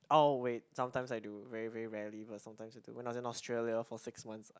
oh wait sometimes I do very very rarely but sometimes I do when I was in Australia for six months